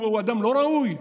הוא אדם לא ראוי?